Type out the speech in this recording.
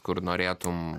kur norėtum